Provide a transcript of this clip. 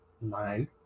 Nine